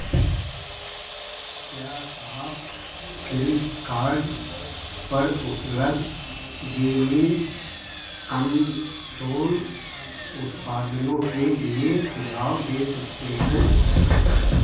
क्या आप फ्लिपकार्ड पर उपलब्ध गेमिंग कंसोल उत्पादनों के लिए सुझाव दे सकते हैं